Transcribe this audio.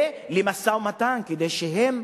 למשא-ומתן, כדי שהם,